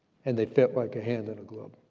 and they fit like a hand in a glove.